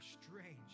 strange